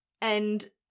And-